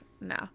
no